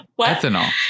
Ethanol